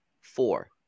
Four